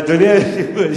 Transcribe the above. אדוני היושב-ראש,